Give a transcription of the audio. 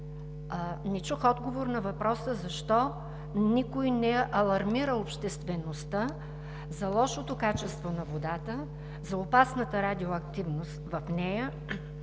Не чух отговор на въпроса защо никой не алармира обществеността за лошото качество на водата, за опасната радиоактивност в нея